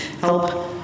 help